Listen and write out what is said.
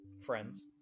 friends